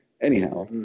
Anyhow